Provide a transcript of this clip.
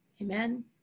Amen